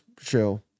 show